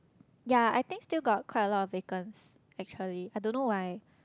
ya I think still got quite a lot of vacants actually I don't know why